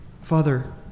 Father